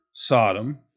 Sodom